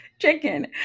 chicken